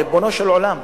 ריבונו של עולם,